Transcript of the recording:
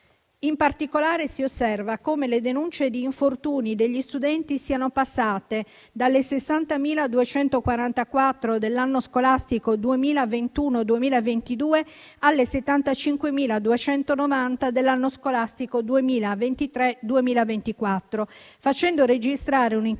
In particolare, si osserva come le denunce di infortuni degli studenti siano passate dalle 60.244 dell'anno scolastico 2021-2022 alle 75.290 dell'anno scolastico 2023-2024, facendo registrare un incremento